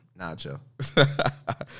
Nacho